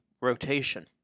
rotation